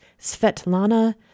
Svetlana